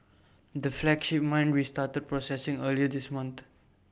the flagship mine restarted processing earlier this month